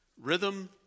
Rhythm